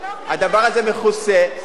הדבר הזה מכוסה, לא, זה לא קיים.